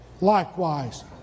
likewise